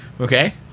Okay